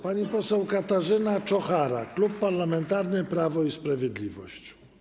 Pani poseł Katarzyna Czochara, Klub Parlamentarny Prawo i Sprawiedliwość.